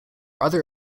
other